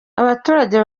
abaturage